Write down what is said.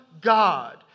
God